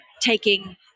taking –